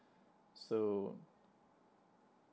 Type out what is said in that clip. so